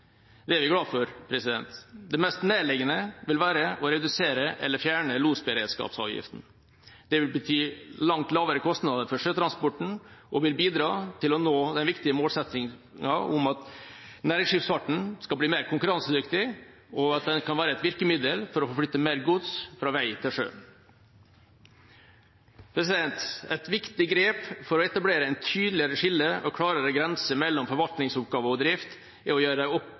Det er vi glad for. Det mest nærliggende vil være å redusere eller fjerne losberedskapsavgiften. Det vil bety langt lavere kostnader for sjøtransporten og vil bidra til å nå den viktige målsettingen om at nærskipsfarten skal bli mer konkurransedyktig og kan være et virkemiddel for å flytte mer gods fra vei til sjø. Et viktig grep for å etablere et tydeligere skille og klarere grenser mellom forvaltningsoppgaver og drift er å